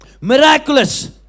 miraculous